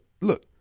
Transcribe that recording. look